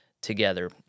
together